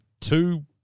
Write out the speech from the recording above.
two